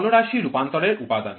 চলরাশি রূপান্তরের উপাদান